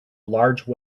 large